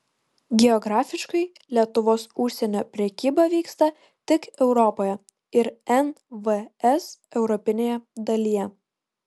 geografiškai lietuvos užsienio prekyba vyksta tik europoje ir nvs europinėje dalyje